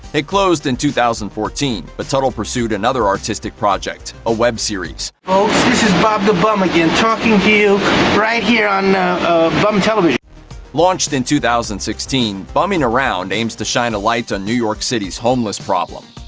it closed in two thousand and fourteen, but teutul pursued another artistic project a web series. folks, this is bob the bum again talking to you right here on bum television launched in two thousand and sixteen, bummin' around aims to shine a light on new york city's homeless problem.